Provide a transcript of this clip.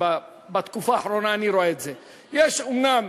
יש אומנם